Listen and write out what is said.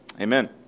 Amen